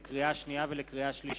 לקריאה שנייה ולקריאה שלישית: